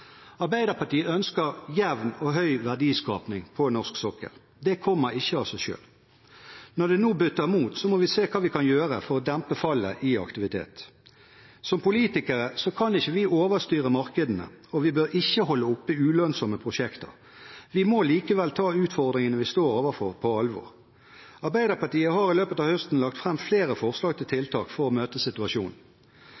Arbeiderpartiet ønsker jevn og høy verdiskaping på norsk sokkel. Det kommer ikke av seg selv. Når det nå butter imot, må vi se hva vi kan gjøre for å dempe fallet i aktivitet. Som politikere kan ikke vi overstyre markedene, og vi bør ikke holde oppe ulønnsomme prosjekter, men vi må likevel ta utfordringen vi står overfor, på alvor. Arbeiderpartiet har i løpet av høsten lagt fram flere forslag til